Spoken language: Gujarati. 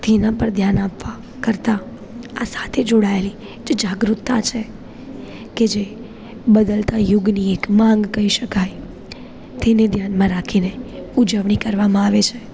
તેના પર ધ્યાન આપવા કરતાં આ સાથે જોડાયેલી જે જાગૃતતા છે કે જે બદલતા યુગની એક માંગ કહી શકાય તેને ધ્યાનમાં રાખીને ઉજવણી કરવામાં આવે છે